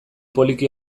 poliki